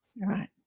Right